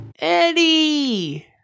Eddie